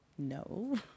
No